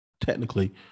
technically